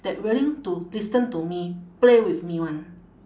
that willing to listen to me play with me [one]